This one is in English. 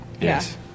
Yes